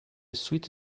suite